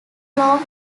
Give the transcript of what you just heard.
long